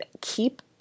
keep